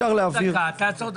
תעצור דקה.